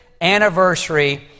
anniversary